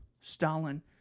Stalin